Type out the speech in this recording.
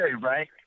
right